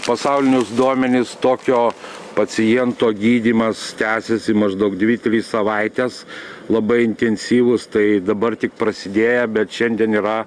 pasaulinius duomenis tokio paciento gydymas tęsiasi maždaug dvi savaites labai intensyvūs tai dabar tik prasidėję bet šiandien yra